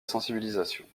sensibilisation